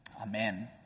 Amen